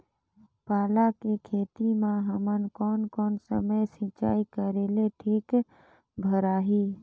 पाला के खेती मां हमन कोन कोन समय सिंचाई करेले ठीक भराही?